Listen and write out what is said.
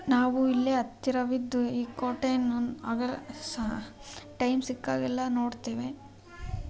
ನಾವು ಇಲ್ಲೇ ಹತ್ತಿರವಿದ್ದು ಈ ಕೋಟೆಯನ್ನು ಟೈಮ್ ಸಿಕ್ಕಾಗೆಲ್ಲ ನೋಡ್ತೇವೆ